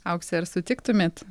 aukse ar sutiktumėt